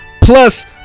Plus